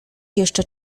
jeszcze